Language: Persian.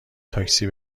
تاکسی